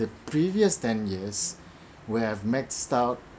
previous ten years where I've maxed out